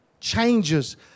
changes